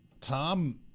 Tom